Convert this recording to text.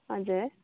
हजुर